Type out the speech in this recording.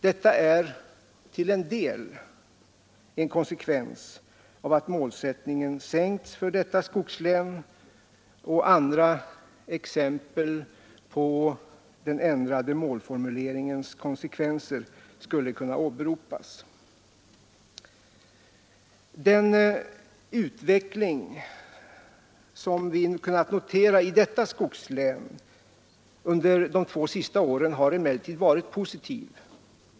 Detta är till en del en konsekvens av att målsättningen sänks för detta skogslän. Andra exempel på den ändrade befolkningsmålsättningens konsekvenser skulle kunna åberopas. Den utveckling som vi kunnat notera i detta skogslän under de två senaste åren har emellertid varit positiv.